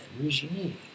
regime